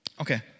Okay